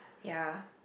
ya